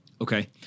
Okay